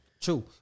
True